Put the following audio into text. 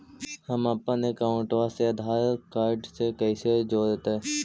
हमपन अकाउँटवा से आधार कार्ड से कइसे जोडैतै?